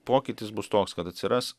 pokytis bus toks kad atsiras